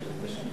הבחירות לכנסת (תיקון מס' 59),